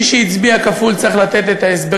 מי שהצביע כפול צריך לתת את ההסברים.